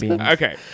Okay